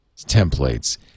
templates